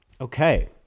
Okay